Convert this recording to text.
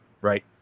right